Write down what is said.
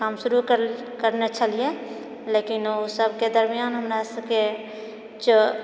काम शुरू कर करने छलिऐ लेकिन ओ सभके दरमियाँ हमरा सभके च